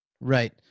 right